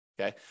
okay